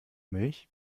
milch